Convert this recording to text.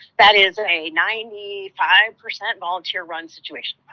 that is a ninety five percent volunteer-run situation.